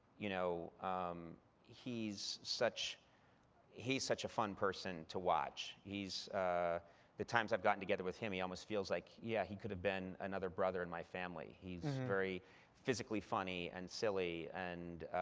you know um he's such he's such a fun person to watch. ah the times i've gotten together with him, he almost feels like, yeah, he could have been another brother in my family. he's very physically funny and silly, and